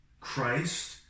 Christ